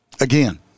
Again